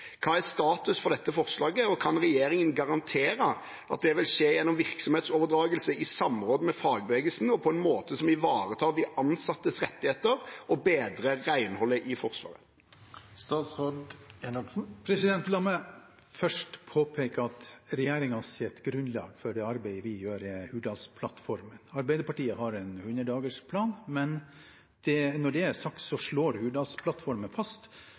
Hva er status for dette forslaget, og kan regjeringen garantere at det vil skje gjennom virksomhetsoverdragelse, i samråd med fagbevegelsen og på en måte som ivaretar de ansattes rettigheter og bedrer renholdet i Forsvaret?» La meg først påpeke at regjeringens grunnlag for det arbeidet vi gjør, er Hurdalsplattformen. Arbeiderpartiet har en 100-dagersplan. Når det er sagt, slår Hurdalsplattformen fast